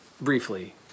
briefly